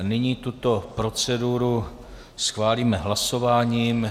Nyní tuto proceduru schválíme hlasováním.